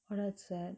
oh that's sad